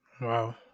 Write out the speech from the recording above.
Wow